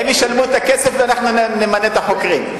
הם ישלמו את הכסף, ואנחנו נמנה את החוקרים.